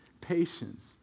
patience